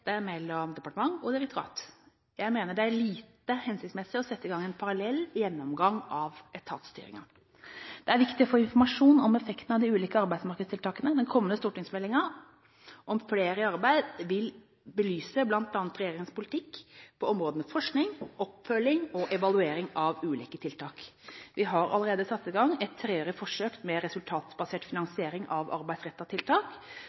pågående dialog mellom departement og direktorat om dette. Jeg mener det er lite hensiktsmessig å sette i gang en parallell gjennomgang av etatstyringen. Det er viktig å få informasjon om effekten av de ulike arbeidsmarkedstiltakene. Den kommende stortingsmeldingen om flere i arbeid vil belyse bl.a. regjeringens politikk på områdene forskning, oppfølging og evaluering av ulike tiltak. Vi har allerede satt i gang et treårig forsøk med resultatbasert finansiering av arbeidsrettede tiltak